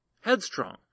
headstrong